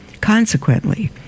consequently